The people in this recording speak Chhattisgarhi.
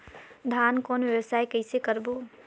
धान कौन व्यवसाय कइसे करबो?